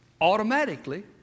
automatically